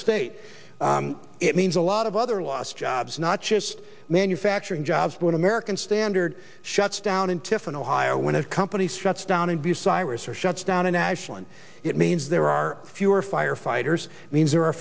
state it means a lot of other lost jobs not just manufacturing jobs when american standard shuts down in tiffin ohio when a company shuts down in bucyrus or shuts down in ashland it means there are fewer firefighters means there are